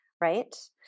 right